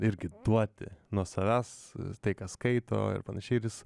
irgi duoti nuo savęs tai ką skaito ir panašiai vis